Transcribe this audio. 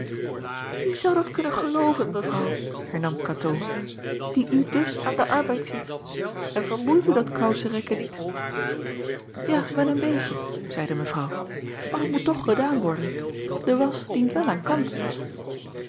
ie zou dat kunnen gelooven evrouw hernam atoo die u dus aan den arbeid ziet n vermoeit u dat kousen rekken niet a wel een beetje zeide evrouw maar t moet toch gedaan worden e wasch dient wel aan kant